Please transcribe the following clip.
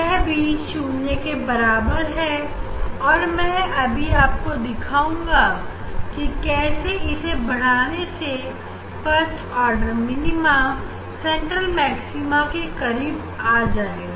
यह भी शून्य के बराबर है और मैं अभी आपको दिखाऊंगा ठीक है से इसे बढ़ाने से first order minima centre maxima के करीब चला जाएगा